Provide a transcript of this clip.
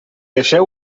deixeu